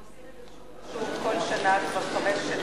אנחנו עושים את זה שוב ושוב כל שנה כבר חמש שנים.